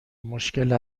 مشکل